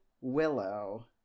willow